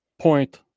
point